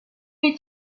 les